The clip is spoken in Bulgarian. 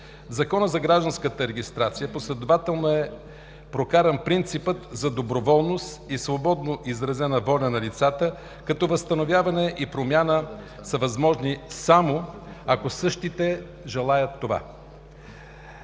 Закона за гражданската регистрация последователно е прокаран принципът за доброволност и свободно изразена воля на лицата, като възстановяване и промяна са възможни само ако същите желаят такава.